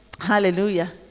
Hallelujah